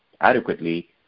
adequately